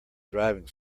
driving